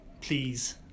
please